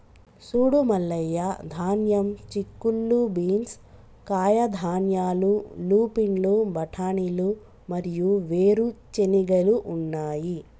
సూడు మల్లయ్య ధాన్యం, చిక్కుళ్ళు బీన్స్, కాయధాన్యాలు, లూపిన్లు, బఠానీలు మరియు వేరు చెనిగెలు ఉన్నాయి